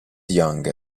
young